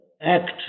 act